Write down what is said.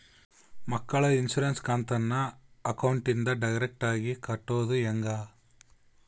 ಮಕ್ಕಳ ಇನ್ಸುರೆನ್ಸ್ ಕಂತನ್ನ ಅಕೌಂಟಿಂದ ಡೈರೆಕ್ಟಾಗಿ ಕಟ್ಟೋದು ಹೆಂಗ?